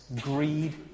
greed